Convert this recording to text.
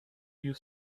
you